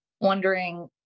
wondering